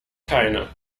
keine